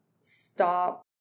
stop